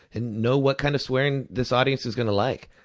and know what kind of swearing this audience is going to like.